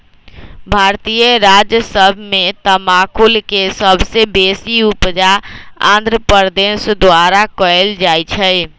भारतीय राज्य सभ में तमाकुल के सबसे बेशी उपजा आंध्र प्रदेश द्वारा कएल जाइ छइ